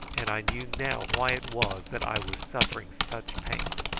and i knew now why it was that i was suffering such pain.